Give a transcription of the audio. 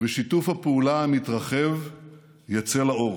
ושיתוף הפעולה המתרחב יצא לאור.